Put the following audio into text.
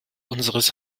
unseres